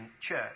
church